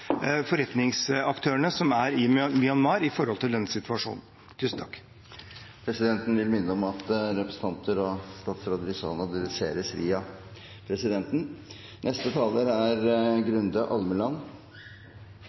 forretningsaktørene som er i Myanmar, når det gjelder denne situasjonen? Presidenten vil minne om at representanter og statsråder i salen adresseres via presidenten. Situasjonen vi er